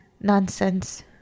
nonsense